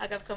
הצבאי